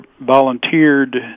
volunteered